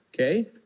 okay